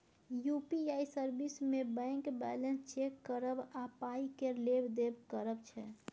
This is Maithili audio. यु.पी.आइ सर्विस मे बैंक बैलेंस चेक करब आ पाइ केर लेब देब करब छै